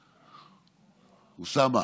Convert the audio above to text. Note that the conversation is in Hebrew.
אוסאמה,